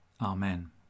Amen